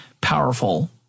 powerful